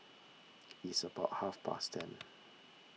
its about half past ten